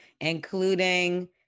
including